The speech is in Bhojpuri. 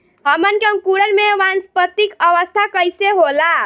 हमन के अंकुरण में वानस्पतिक अवस्था कइसे होला?